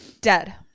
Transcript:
Dead